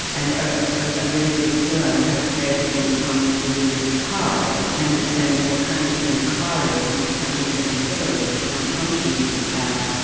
and a a really good pillow has very little in common with a really good car. it's your understanding of what kind of thing a car is, and what kind of thing a pillow is, and what functions these have,